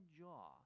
jaw